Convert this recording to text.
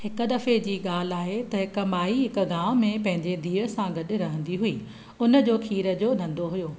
हिकु दफ़े जी ॻाल्हि आहे त हिकु माई हिकु गांव में पंहिंजे धीअ सां गॾु रहंदी हुई उन जो खीर जो घंधो हुओ